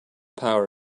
power